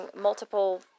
multiple